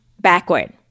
backward